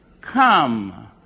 come